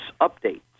updates